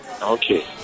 okay